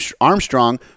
Armstrong